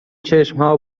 چشمها